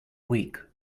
week